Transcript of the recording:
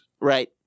Right